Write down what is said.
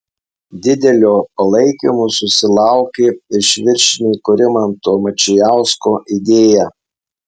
didelio palaikymo susilaukė iš viršininko rimanto mačijausko idėja